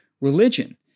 religion